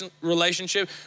relationship